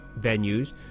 venues